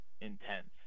intense